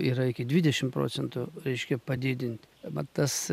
yra iki dvidešim procentų reiškia padidint mat tas